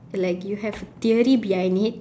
like you have theory behind it